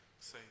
Say